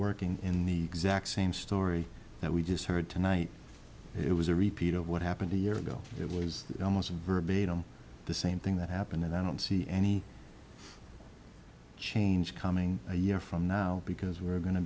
working in the exact same story that we just heard tonight it was a repeat of what happened a year ago it was almost verbatim the same thing that happened and i don't see any change coming a year from now because we're going to